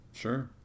Sure